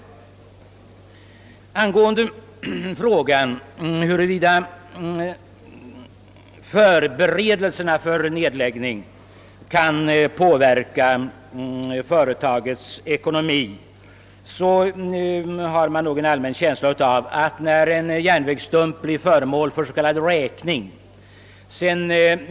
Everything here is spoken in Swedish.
När det gäller frågan huruvida förberedelser för en nedläggning kan påverka företagets ekonomi är det nog ett allmänt intryck att nedgångstakten i trafikintensiteten accelererar när en bandel blir föremål för s.k. räkning.